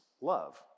love